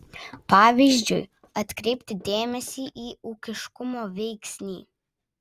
pavyzdžiui atkreipti dėmesį į ūkiškumo veiksnį